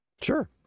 Sure